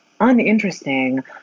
uninteresting